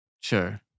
sure